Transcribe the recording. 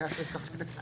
זה הסיפה של הסעיף.